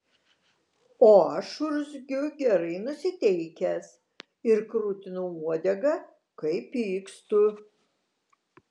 o aš urzgiu gerai nusiteikęs ir krutinu uodegą kai pykstu